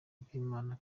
bw’imana